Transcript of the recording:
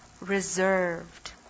reserved